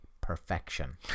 perfection